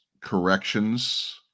corrections